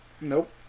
Nope